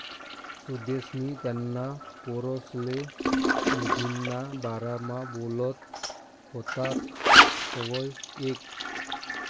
सुदेशनी त्याना पोरसले निधीना बारामा बोलत व्हतात तवंय ऐकं